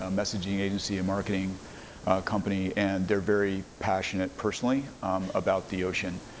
ah messaging agency, a marketing company, and they're very passionate personally about the ocean.